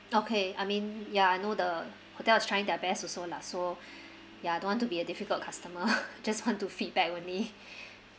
okay I mean ya I know the hotel is trying their best also lah so ya don't want to be a difficult customer just want to feedback only